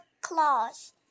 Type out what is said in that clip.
claws